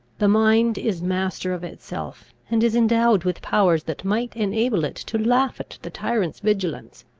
the mind is master of itself and is endowed with powers that might enable it to laugh at the tyrant's vigilance.